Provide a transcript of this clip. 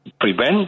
prevent